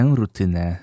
rutynę